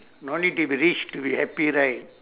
no need to be rich to be happy right